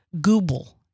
google